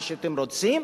מה שאתם רוצים,